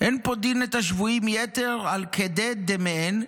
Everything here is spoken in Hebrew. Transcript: "'אין פודין את השבויין יתר על כדי דמיהן,